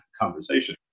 conversation